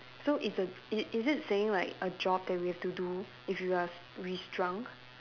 so it's a i~ is it saying like a job that we have to do if you are s~ we shrunk